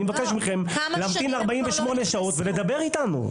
אני מבקש מכם להמתין 48 שעות ולדבר איתנו.